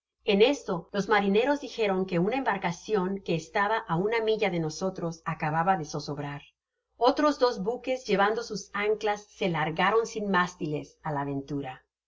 en esto los mariueros dijeron que una embarcacion que estaba á ana milla de nosotros acababa de zozobrar otros dos buques llevando sus anclas se largaron sin mástiles á la aventura